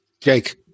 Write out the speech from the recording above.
Jake